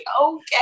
Okay